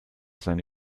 seine